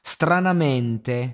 Stranamente